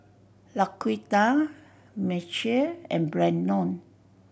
Laquita Mechelle and Brannon